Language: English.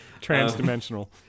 trans-dimensional